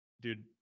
dude